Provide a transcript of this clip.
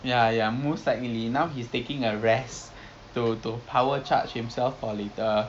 ya ya most likely now he's taking a rest to to power charge himself for later